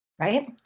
Right